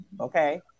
okay